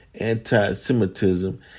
anti-Semitism